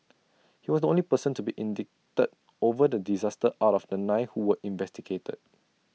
he was the only person to be indicted over the disaster out of the nine who were investigated